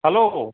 hello